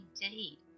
indeed